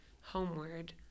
homeward